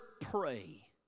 pray